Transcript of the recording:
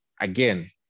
again